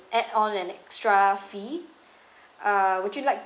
add on an extra fee uh would you like